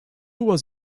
was